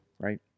right